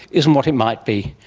isn't what it might be,